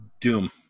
Doom